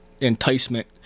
enticement